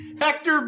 Hector